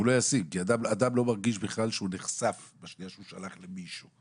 הוא לא ישים כי אדם לא מרגיש בכלל שהוא נחשף בשנייה שהוא שלח למישהו.